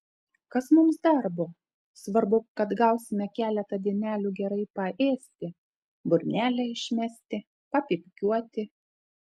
kas mums darbo svarbu kad gausime keletą dienelių gerai paėsti burnelę išmesti papypkiuoti